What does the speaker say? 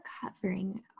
covering